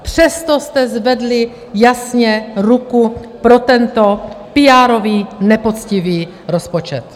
Přesto jste zvedli jasně ruku pro tento píárový, nepoctivý rozpočet.